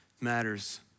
matters